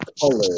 color